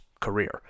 career